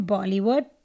Bollywood